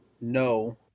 No